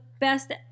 best